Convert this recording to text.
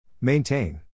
Maintain